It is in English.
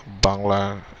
Bangla